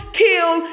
kill